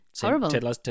Horrible